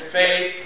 faith